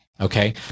Okay